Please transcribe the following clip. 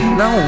no